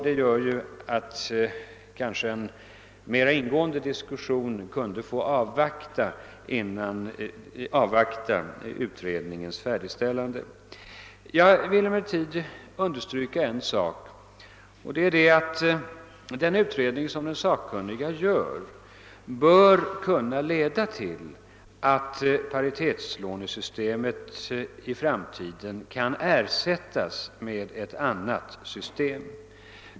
Detta gör att en mera ingående diskussion kan få anstå till dess att utredningen är färdig. Jag vill emellertid understryka att den sakkunniges utredning bör kunna leda till att paritetslånesystemet i framtiden kan ersättas med ett annat system.